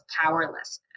powerlessness